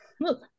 look